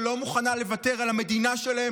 שלא מוכנה לוותר על המדינה שלה,